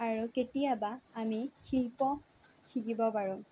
আৰু কেতিয়াবা আমি শিল্প শিকিব পাৰোঁ